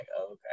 okay